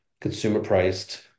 consumer-priced